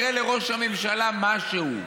ממנים ממלא מקום אם חס וחלילה יקרה לראש הממשלה משהו.